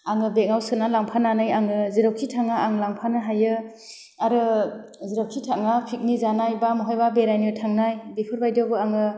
आङो बेगाव सोना लांफानानै आङो जिरावखि थाङा आं लांफानो हायो आरो जिरावखि थाङा पिकनिक जानाय बा महायबा बेरायनो थांनाय बेफोरबादियावबो आङो